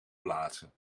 plaatsen